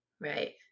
Right